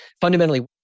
fundamentally